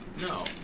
No